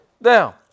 Now